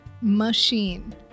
machine